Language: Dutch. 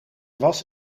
was